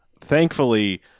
Thankfully